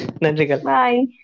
Bye